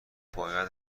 باید